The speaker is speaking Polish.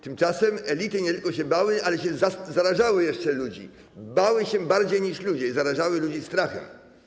Tymczasem elity nie tylko się bały, ale jeszcze zarażały ludzi, bały się bardziej niż ludzie i zarażały ludzi strachem.